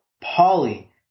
Polly